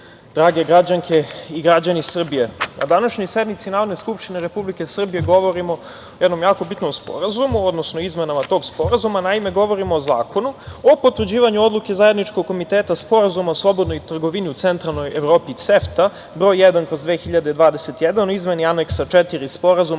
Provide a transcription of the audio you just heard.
drage građanke i građani Srbije, na današnjoj sednici Skupštine Republike Srbije govorimo o jednom jako bitnom sporazumu, odnosno o izmenama tog sporazuma. Naime, govorimo o zakonu o potvrđivanju Odluke zZajedničkog komiteta Sporazuma o slobodnoj trgovini u Centralnoj Evropi, CEFTA br.1/2021, o izmeni Aneksa 4. Sporazuma